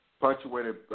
punctuated